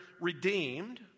redeemed